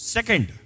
Second